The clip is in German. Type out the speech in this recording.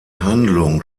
handlung